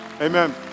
Amen